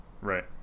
Right